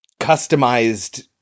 customized